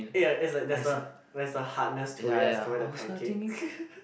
ya it's like that's a that's a hardness to it as cover the pancake